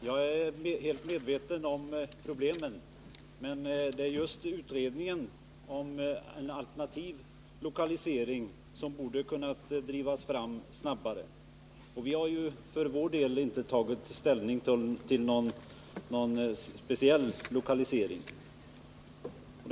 Herr talman! Jag är helt medveten om problemen, men det är just utredningen om en alternativ lokalisering som borde ha kunnat drivas fram snabbare. Vi har för vår del inte tagit ställning till någon speciell lokalisering av anläggningen.